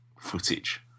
footage